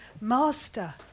master